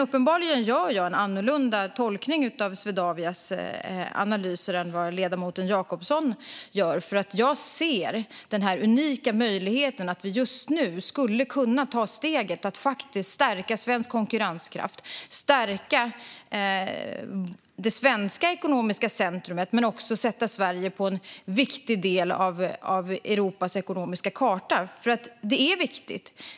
Uppenbarligen gör jag en annorlunda tolkning av Swedavias analyser än ledamoten Jacobsson gör. Jag ser den unika möjligheten att just nu ta steget och stärka svensk konkurrenskraft och det svenska ekonomiska centrumet men också sätta Sverige på en viktig del av Europas ekonomiska karta. Det är viktigt.